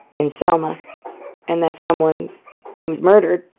in selma and that someone he was murdered.